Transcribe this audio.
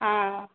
हँ